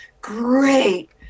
great